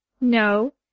No